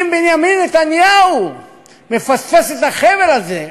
אם בנימין נתניהו מפספס את החבל הזה,